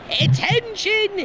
Attention